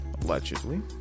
allegedly